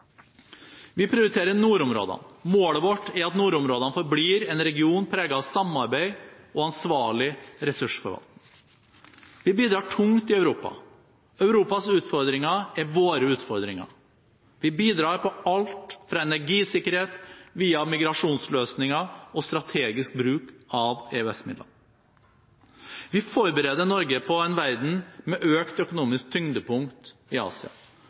Vi prioriterer nordområdene. Målet vårt er at nordområdene forblir en region preget av samarbeid og ansvarlig ressursforvaltning. Vi bidrar tungt i Europa. Europas utfordringer er våre utfordringer. Vi bidrar på alt fra energisikkerhet via migrasjonsløsninger og strategisk bruk av EØS-midlene. Vi forbereder Norge på en verden med økt økonomisk tyngdepunkt i Asia.